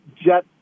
Jet